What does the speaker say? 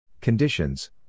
Conditions